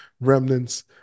remnants